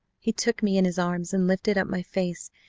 he took me in his arms and lifted up my face,